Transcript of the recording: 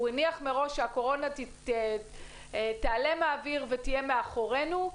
הוא הניח מראש שהקורונה תיעלם ותהיה מאחורינו.